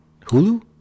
Hulu